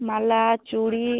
মালা চুড়ি